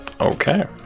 Okay